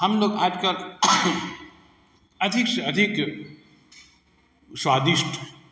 हम लोग आज कल अधिक से अधिक स्वादिष्ट